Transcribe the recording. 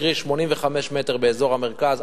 קרי 85 מ"ר באזור המרכז,